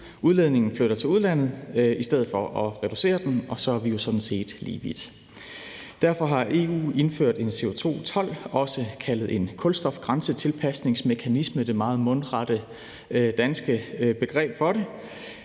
CO2-udledningen flytter til udlandet i stedet for at blive reduceret, og så er vi jo sådan set lige vidt. Derfor har EU indført en CO2-told, også kaldet en kulstofgrænsetilpasningsmekanisme – det meget mundrette danske ord for det